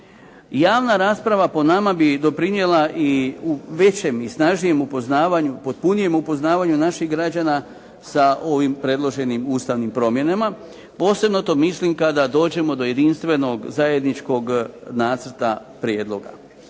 Javna rasprava bi po nama doprinijela i u većem i snažnijem upoznavanju, potpunijem upoznavanju naših građana sa ovim predloženim ustavnim promjenama. Posebno to mislim kada dođemo do jedinstvenog zajedničkog nacrta prijedloga.